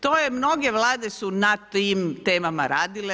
To je mnoge vlade su na tim temama radile.